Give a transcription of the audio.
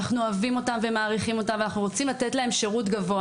אוהבים אותם ומעריכים אותם ורוצים לתת להם שירות גבוה